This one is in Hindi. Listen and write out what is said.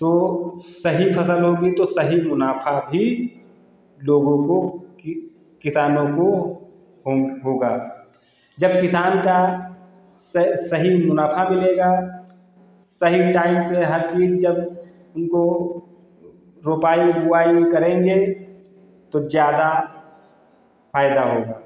तो सही फसल होगी तो सही मुनाफा भी लोगों को कि किसानों को होगा जब किसान का सही मुनाफा मिलेगा सही टाइम पे हर चीज जब रोपाई बुवाई करेंगे तो ज़्यादा फायदा होगा